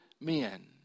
men